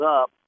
up